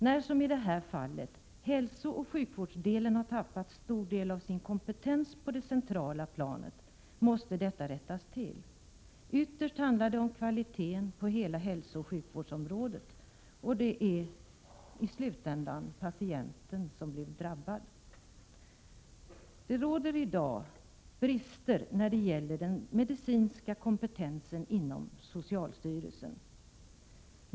När, som i det här fallet, hälsooch sjukvårdsdelen tappat stor del av sin kompetens på det centrala planet måste detta rättas till. Ytterst handlar det om kvaliteten på hela hälsooch sjukvårdsområdet i landet, och det är i slutändan patienten som blir drabbad. Det råder i dag brister när det gäller den medicinska kompetensen inom socialstyrelsen.